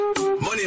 Money